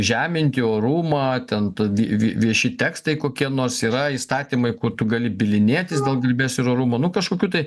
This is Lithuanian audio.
žeminti orumą ten ta vi vi vieši tekstai kokie nors yra įstatymai kur tu gali bylinėtis dėl garbės ir orumo nu kažkokių tai